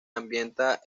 ambienta